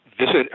visit